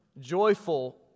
joyful